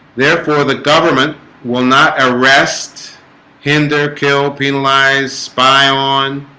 therefore the government will not arrest hinder kill penalize spy on